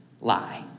lie